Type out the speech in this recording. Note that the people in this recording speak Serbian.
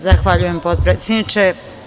Zahvaljujem, potpredsedniče.